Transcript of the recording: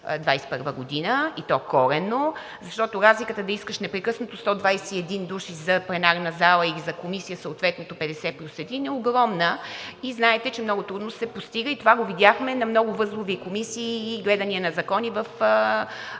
2021 г., и то коренно, защото да искаш непрекъснато 121 души за пленарна зала или за комисия съответното 50 плюс един, разликата е огромна и знаете, че много трудно се постига. Това го видяхме в много възлови комисии и на гледания на закони в